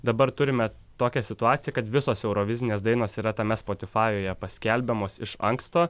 dabar turime tokią situaciją kad visos eurovizinės dainos yra tame spotifajuje paskelbiamos iš anksto